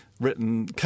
written